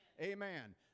amen